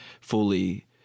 fully